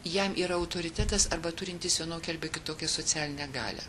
jam yra autoritetas arba turintis vienokią arba kitokią socialinę galią